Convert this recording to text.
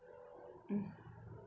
um